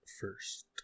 first